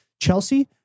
Chelsea